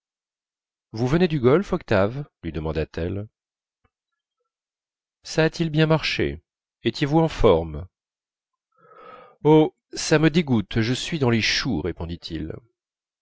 vous venez du golf octave lui demanda-t-elle ça a-t-il bien marché étiez-vous en forme oh ça me dégoûte je suis dans les choux répondit-il